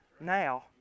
now